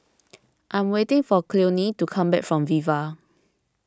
I'm waiting for Cleone to come back from Viva